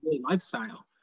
lifestyle